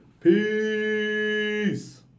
peace